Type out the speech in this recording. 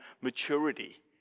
maturity